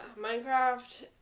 Minecraft